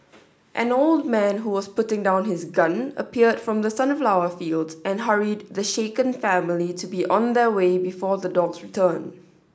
an old man who was putting down his gun appeared from the sunflower fields and hurried the shaken family to be on their way before the dogs return